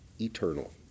eternal